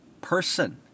person